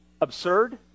Absurd